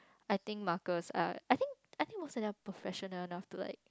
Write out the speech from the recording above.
I think markers are I think I think most of them are professional enough to like